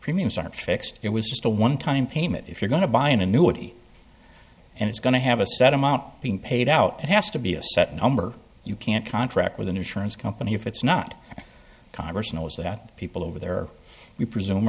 premiums aren't fixed it was just a one time payment if you're going to buy an annuity and it's going to have a set amount being paid out it has to be a set number you can't contract with an insurance company if it's not congress knows that people over there we presume